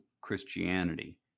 Christianity